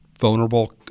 vulnerable